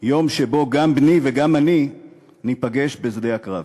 יום שבו גם בני וגם אני ניפגש בשדה הקרב.